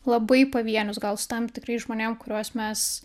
labai pavienius gal su tam tikrais žmonėm kuriuos mes